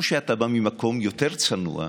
היה בהמנון בית"ר,